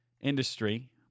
industry